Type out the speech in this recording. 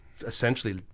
essentially